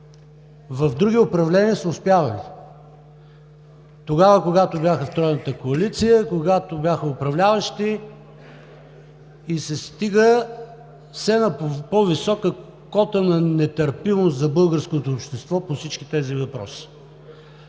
в други управления са успявали. Тогава, когато бяха в тройната коалиция, когато бяха управляващи, и се стига все на по-висока кота на нетърпимост за българското общество по всички тези въпроси.